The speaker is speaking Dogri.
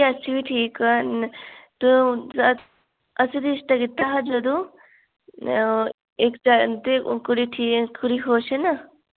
जी अस बी ठीक हैन ते ओह् असें असें ओह् रिश्ता कीता हा जरो इक दिन ते ओह् कुड़ी ठीक कुड़ी खुश ऐ ना